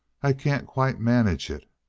i can't quite manage it.